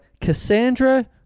Cassandra